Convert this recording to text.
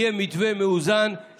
יהיה מתווה מאוזן,